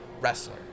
wrestler